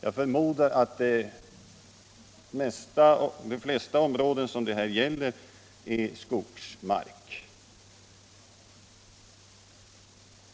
Jag förmodar att de flesta områden det här gäller är skogsmark.